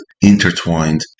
intertwined